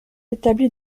établi